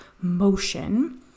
motion